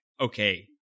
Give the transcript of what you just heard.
Okay